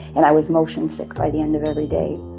and i was motion sick by the end of every day.